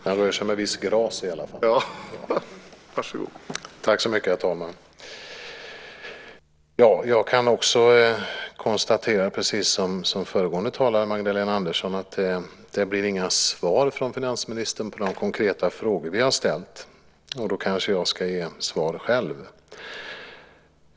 Herr talman! Precis som föregående talare Magdalena Andersson kan jag också konstatera att det inte blir några svar från finansministern på de konkreta frågor som vi har ställt. Då kanske jag ska ge svaren själv.